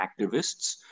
activists